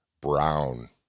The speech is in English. brown